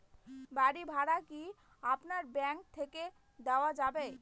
বাড়ী ভাড়া কি আপনার ব্যাঙ্ক থেকে দেওয়া যাবে?